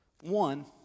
One